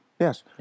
Yes